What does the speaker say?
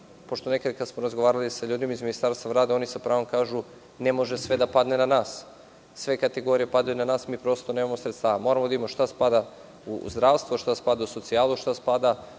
gde spada. Kad smo razgovarali sa ljudima iz Ministarstva rada, oni sa pravom kažu – ne može sve da padne na nas, sve kategorije padaju na nas, a mi prosto nemamo sredstava. Tako da, moramo da vidimo šta spada u zdravstvo, šta spada u socijalu, a šta spada